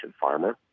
farmer